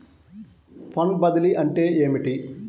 Fund బదిలీ అంటే ఏమిటి?